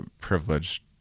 privileged